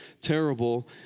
terrible